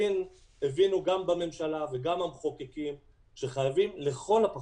הבינו גם בממשלה וגם המחוקקים שחייבים לכל הפחות,